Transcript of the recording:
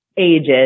Ages